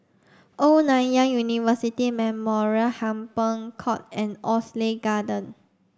Old Nanyang University Memorial Hampton Court and Oxley Garden